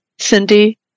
cindy